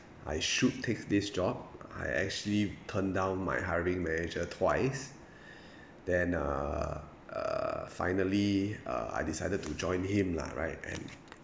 I should take this job I actually turn down my hiring manager twice then uh uh finally uh I decided to join him lah right and